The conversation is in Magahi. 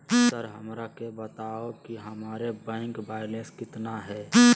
सर हमरा के बताओ कि हमारे बैंक बैलेंस कितना है?